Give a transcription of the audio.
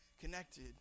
connected